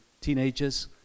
teenagers